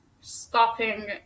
stopping